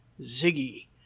Ziggy